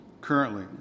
currently